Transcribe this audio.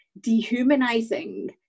dehumanizing